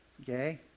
okay